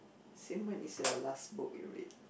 since when is your last book you read